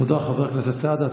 תודה, חבר הכנסת סעדה.